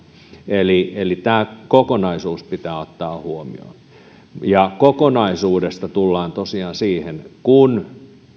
eli eli tämä kokonaisuus pitää ottaa huomioon kokonaisuudesta tullaan tosiaan siihen kun